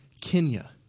Kenya